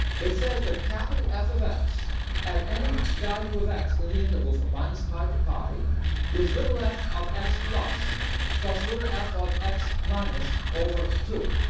it says that capital f of x at any value of x in the interval from minus pi to pi is little f of x plus plus little f of x minus over two.